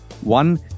one